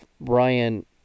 Brian